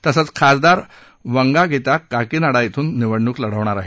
तसंच खासदार वंगागिता काकीनाडा इथून निवडणूक लढवतील